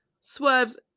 swerves